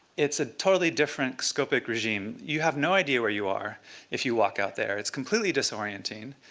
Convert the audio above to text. it's a totally different scopic regime. you have no idea where you are if you walk out there. it's completely disorienting.